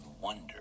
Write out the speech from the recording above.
Wonder